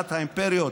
שקיעת האימפריות,